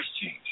change